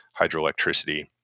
hydroelectricity